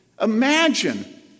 Imagine